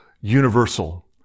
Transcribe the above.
Universal